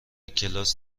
کلاس